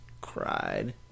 cried